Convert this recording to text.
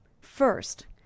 first